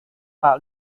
pak